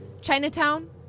Chinatown